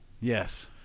Yes